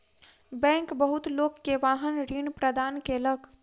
bank बहुत लोक के वाहन ऋण प्रदान केलक